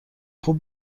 خوب